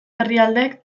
herrialde